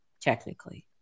technically